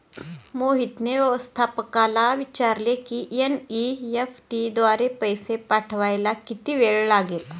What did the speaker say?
मोहितने व्यवस्थापकाला विचारले की एन.ई.एफ.टी द्वारे पैसे पाठवायला किती वेळ लागेल